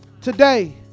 Today